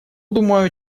думаю